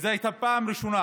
וזו הייתה פעם ראשונה